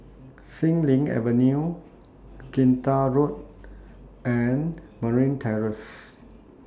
Xilin Avenue Kinta Road and Marine Terrace